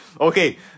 Okay